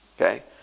okay